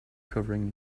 covering